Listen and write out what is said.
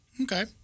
Okay